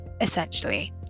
essentially